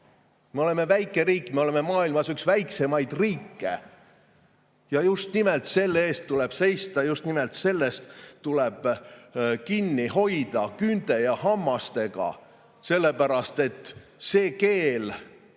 Me oleme väike riik, me oleme maailmas üks väiksemaid riike. Ja just nimelt selle eest tuleb seista. Just nimelt sellest tuleb kinni hoida küünte ja hammastega, sellepärast et see keel,